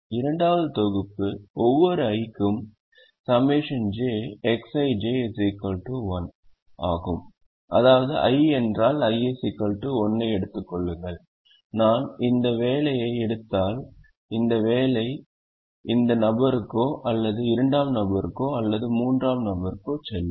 இரண்டாவது தொகுப்பு ஒவ்வொரு i க்கும் ∑jX ij 1 ஆகும் அதாவது i என்றால் i 1 ஐ எடுத்துக் கொள்ளுங்கள் நான் இந்த வேலையை எடுத்தால் இந்த வேலை இந்த நபருக்கோ அல்லது இரண்டாம் நபருக்கோ அல்லது மூன்றாம் நபருக்கோ செல்லும்